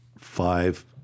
five